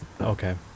okay